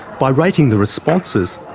by rating the responses,